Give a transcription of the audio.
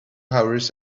hours